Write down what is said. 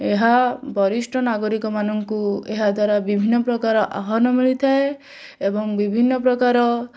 ଏହା ବରିଷ୍ଠ ନାଗରିକମାନଙ୍କୁ ଏହାଦ୍ଵାରା ବିଭିନ୍ନ ପ୍ରକାର ମାନକ ଆହ୍ଵାନ ମିଳିଥାଏ ଏବଂ ବିଭିନ୍ନ ପ୍ରକାର